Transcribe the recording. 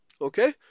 Okay